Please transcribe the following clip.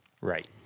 Right